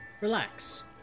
relax